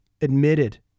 admitted